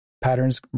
Patterns